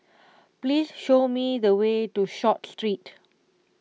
please show me the way to Short Street